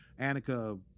Annika